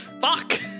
fuck